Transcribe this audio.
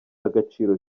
agaciro